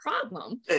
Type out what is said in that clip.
problem